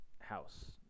house